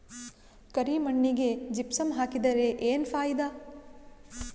ಕರಿ ಮಣ್ಣಿಗೆ ಜಿಪ್ಸಮ್ ಹಾಕಿದರೆ ಏನ್ ಫಾಯಿದಾ?